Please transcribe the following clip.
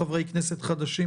חבר הכנסת רוטמן,